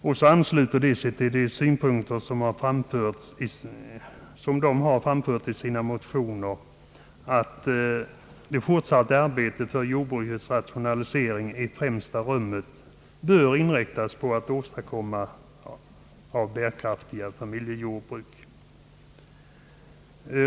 De ansluter sig därefter till de synpunkter som har anförts i motionerna om att det fortsatta arbetet för jordbrukets rationalisering i främsta rummet bör inriktas på att åstadkomma bärkraftiga familjejordbruk.